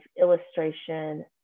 illustration